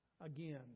Again